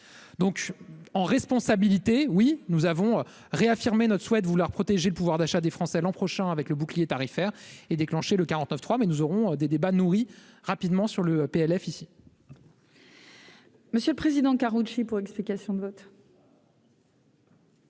donc en responsabilité, oui nous avons réaffirmé notre souhait de vouloir protéger le pouvoir d'achat des Français l'an prochain avec le bouclier tarifaire et déclenché le 49 3 mai nous aurons des débats nourris rapidement sur le PLF ici. Monsieur le Président, Karoutchi pour explication de vote.